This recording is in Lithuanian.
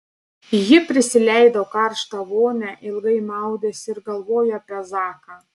ji prisileido karštą vonią ilgai maudėsi ir galvojo apie zaką